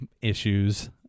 issues